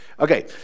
Okay